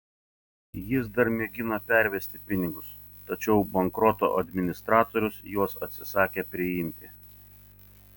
jis dar mėgino pervesti pinigus tačiau bankroto administratorius juos atsisakė priimti